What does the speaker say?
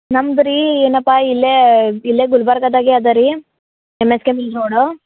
ನಮ್ದು ರೀ ಏನಪ್ಪ ಇಲ್ಲೇ ಇಲ್ಲೇ ಗುಲ್ಬರ್ಗದಾಗೆ ಅದ ರೀ M S K mill road